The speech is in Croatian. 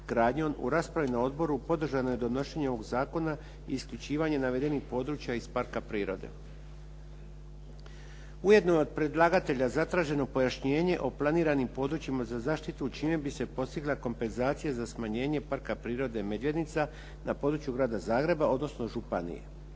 u raspravi na odboru podržano je donošenje ovog zakona i isključivanje navedenih područja iz parka prirode. Ujedno je od predlagatelja zatraženo pojašnjenje o planiranim područjima za zaštitu čime bi se postigla kompenzacija za smanjenje Parka prirode "Medvednica" na području Grada Zagreba, odnosno županije.